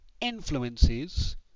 influences